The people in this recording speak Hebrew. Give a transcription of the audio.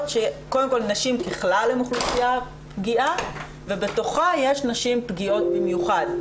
שקודם כל נשים ככלל הן אוכלוסייה פגיעה ובתוכה יש נשים פגיעות במיוחד.